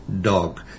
dog